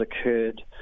occurred